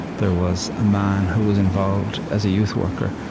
there was a man who was involved as a youth worker.